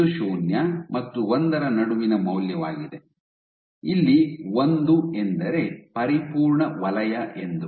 ಇದು ಶೂನ್ಯ ಮತ್ತು ಒಂದರ ನಡುವಿನ ಮೌಲ್ಯವಾಗಿದೆ ಇಲ್ಲಿ ಒಂದು ಎಂದರೆ ಪರಿಪೂರ್ಣ ವಲಯ ಎಂದು